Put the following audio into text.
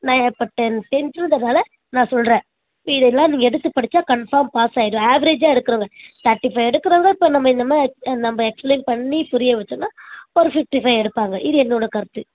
ந இப்போ டெ டென்த்துன்றதால நான் சொல்லுறேன் இதெல்லாம் நீ எடுத்து படிச்சால் கன்ஃபார்ம் பாஸ் ஆயிடுவ அவெரேஜாக எடுக்கிறவங்க தேர்ட்டி ஃபைவ் எடுக்கிறவங்க இப்போ நம்ம இந்த மாதிரி நம்ம எஸ்பிளைன் பண்ணி புரிய வச்சோம்னா ஒரு ஃபிஃப்ட்டி ஃபைவ் எடுப்பாங்க இது என்னோட கருத்து